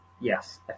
yes